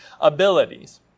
abilities